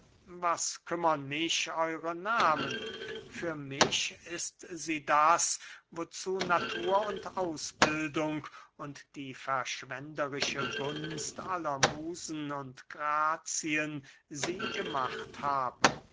was kümmern mich euere nahmen für mich ist sie das wozu natur und ausbildung und die verschwenderische gunst aller musen und grazien sie gemacht haben